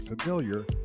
familiar